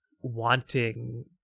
wanting